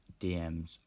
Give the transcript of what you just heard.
DMs